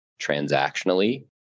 transactionally